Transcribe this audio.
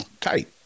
Tight